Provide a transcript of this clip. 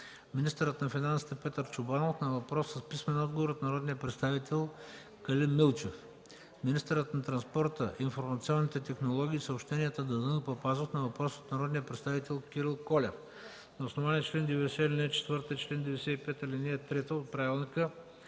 министърът на финансите Петър Чобанов – на въпрос с писмен отговор от народния представител Калин Милчев; – министърът на транспорта, информационните технологии и съобщенията Данаил Папазов – на въпрос от народния представител Кирил Колев. На основание чл. 90, ал. 4, и чл. 95, ал. 3 от Правилника